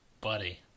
Buddy